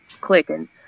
clicking